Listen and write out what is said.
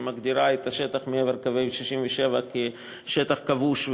שמגדירה את השטח מעבר לקווי 67' כשטח כבוש,